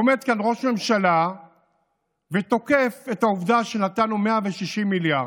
עומד כאן ראש הממשלה ותוקף את העובדה שנתנו 160 מיליארד,